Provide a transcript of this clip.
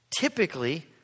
typically